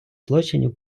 злочинів